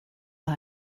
war